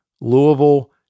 Louisville